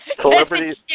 Celebrities